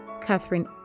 Catherine